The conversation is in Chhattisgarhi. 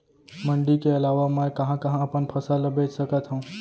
मण्डी के अलावा मैं कहाँ कहाँ अपन फसल ला बेच सकत हँव?